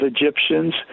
Egyptians